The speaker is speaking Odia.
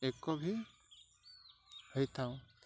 ଏକ ଭି ହେଇଥାଉ